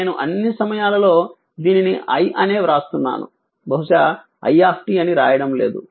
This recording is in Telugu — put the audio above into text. నేను అన్ని సమయాలలో దీనిని i అనే వ్రాస్తున్నాను బహుశా i అని రాయడం లేదు